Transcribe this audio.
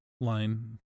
line